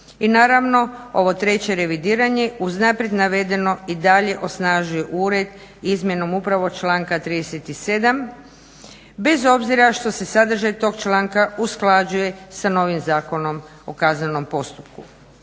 I naravno, ovo treće revidiranje uz naprijed navedeno i dalje osnažuju ured izmjenom upravo članka 37. bez obzira što se sadržaj tog članka usklađuje sa novim ZKP-om. Dakle, umjesto